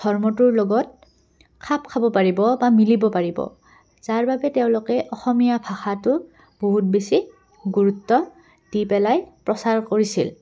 ধৰ্মটোৰ লগত খাপ খাব পাৰিব বা মিলিব পাৰিব যাৰ বাবে তেওঁলোকে অসমীয়া ভাষাটো বহুত বেছি গুৰুত্ব দি পেলাই প্ৰচাৰ কৰিছিল